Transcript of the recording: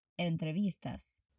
entrevistas